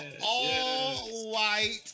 all-white